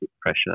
pressure